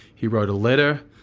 he wrote a letter,